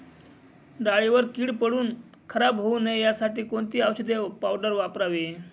डाळीवर कीड पडून खराब होऊ नये यासाठी कोणती औषधी पावडर वापरावी?